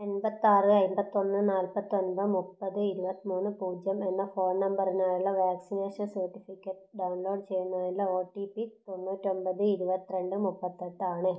എൺപത്താറ് അമ്പത്തൊന്ന് നാൽപ്പത്തൊന്ന് മുപ്പത് ഇരുപത്തിമൂന്ന് പൂജ്യം എന്ന ഫോൺ നമ്പറിനായുള്ള വാക്സിനേഷൻ സർട്ടിഫിക്കറ്റ് ഡൗൺലോഡ് ചെയ്യുന്നതിനുള്ള ഒ ടി പി തൊണ്ണൂറ്റൊമ്പത് ഇരുപത്തിരണ്ട് മുപ്പത്തെട്ടാണ്